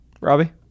Robbie